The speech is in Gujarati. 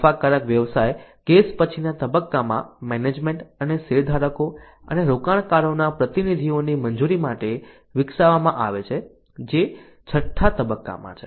નફાકારક વ્યવસાય કેસ પછીના તબક્કામાં મેનેજમેન્ટ અને શેરધારકો અને રોકાણકારોના પ્રતિનિધિઓની મંજૂરી માટે વિકસાવવામાં આવે છે જે છઠ્ઠા તબક્કામાં છે